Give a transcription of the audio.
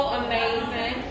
amazing